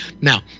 Now